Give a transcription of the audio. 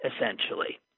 essentially